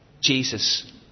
Jesus